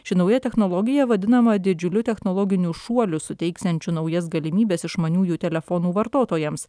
ši nauja technologija vadinama didžiuliu technologiniu šuoliu suteiksiančiu naujas galimybes išmaniųjų telefonų vartotojams